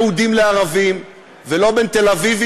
לא בין יהודים לערבים ולא בין תל-אביבי